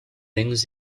things